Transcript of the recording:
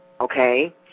Okay